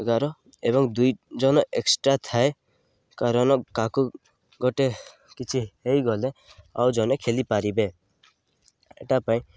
ଏଗାର ଏବଂ ଦୁଇ ଜଣ ଏକ୍ସଟ୍ରା ଥାଏ କାରଣ କାକୁ ଗୋଟେ କିଛି ହେଇଗଲେ ଆଉ ଜଣେ ଖେଲି ପାରିବେ ଏଟା ପାଇଁ